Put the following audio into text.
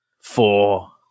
four